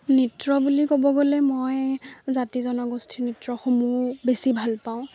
নৃত্য বুলি ক'ব গ'লে মই জাতি জনগোষ্ঠীৰ নৃত্যসমূহ বেছি ভাল পাওঁ